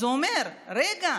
אז הוא אמר: רגע,